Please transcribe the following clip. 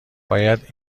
باید